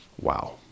Wow